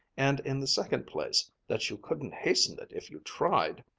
and in the second place that you couldn't hasten it if you tried,